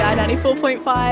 94.5